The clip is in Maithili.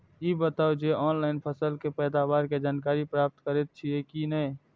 ई बताउ जे ऑनलाइन फसल के पैदावार के जानकारी प्राप्त करेत छिए की नेय?